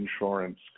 insurance